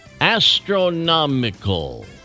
astronomical